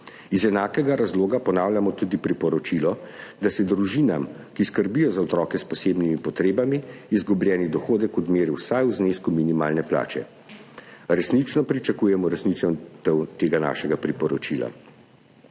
Iz enakega razloga ponavljamo tudi priporočilo, da se družinam, ki skrbijo za otroke s posebnimi potrebami, izgubljeni dohodek odmeri vsaj v znesku minimalne plače. Resnično pričakujemo uresničitev tega našega priporočila.